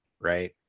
right